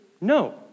No